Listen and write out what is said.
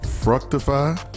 Fructify